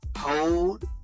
Hold